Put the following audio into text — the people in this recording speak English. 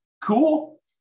Cool